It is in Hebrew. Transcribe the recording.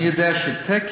אני יודע שתקן